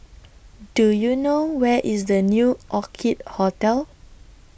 Do YOU know Where IS The New Orchid Hotel